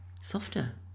softer